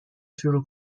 شروع